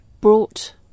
brought